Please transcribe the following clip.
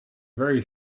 very